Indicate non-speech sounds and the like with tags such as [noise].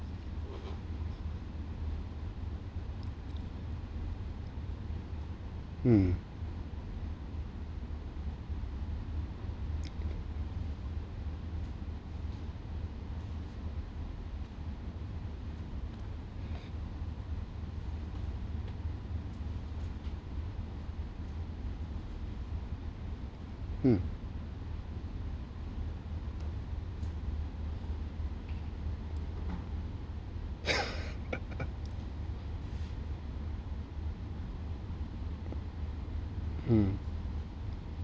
mm mm [laughs] mm